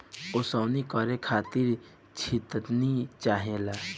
ओसवनी करे खातिर छितनी चाहेला